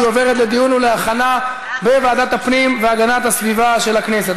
והיא עוברת לדיון ולהכנה בוועדת הפנים והגנת הסביבה של הכנסת.